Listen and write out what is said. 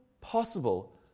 possible